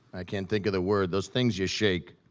i can't think of the word those things you shake,